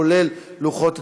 כולל לוחות התיקונים,